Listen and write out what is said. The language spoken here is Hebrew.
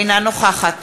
אינה נוכחת